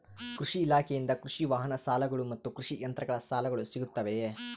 ಕೃಷಿ ಇಲಾಖೆಯಿಂದ ಕೃಷಿ ವಾಹನ ಸಾಲಗಳು ಮತ್ತು ಕೃಷಿ ಯಂತ್ರಗಳ ಸಾಲಗಳು ಸಿಗುತ್ತವೆಯೆ?